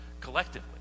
collectively